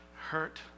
hurt